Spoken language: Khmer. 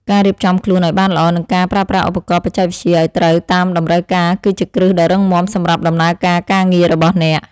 ការរៀបចំខ្លួនឱ្យបានល្អ និងការប្រើប្រាស់ឧបករណ៍បច្ចេកវិទ្យាឱ្យត្រូវតាមតម្រូវការគឺជាគ្រឹះដ៏រឹងមាំសម្រាប់ដំណើរការការងាររបស់អ្នក។